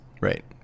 Right